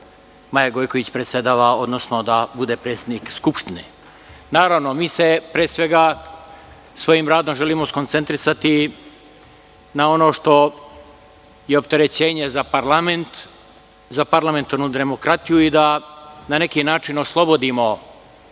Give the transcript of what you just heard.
Maja Gojković predsedava, odnosno da bude predsednik Skupštine. Naravno, mi se, pre svega, svojim radom želimo skoncentrisati na ono što je opterećenje za parlament, za parlamentarnu demokratiju i da na neki način oslobodimo